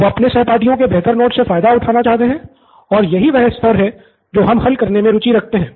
वो अपने सहपाठियों के बेहतर नोट्स से फायदा उठाना चाहते है और यही वह स्तर है जो हम हल करने में रुचि रखते हैं